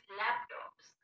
laptops